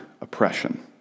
oppression